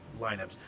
lineups